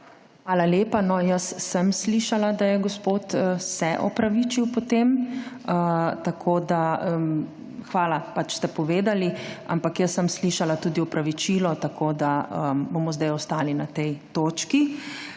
Hvala lepa. No, jaz sem slišala, da se je gospod potem opravičil. Hvala, ste povedali. Ampak jaz sem slišala tudi opravičilo, tako da bomo zdaj ostali na tej točki.